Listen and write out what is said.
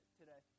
today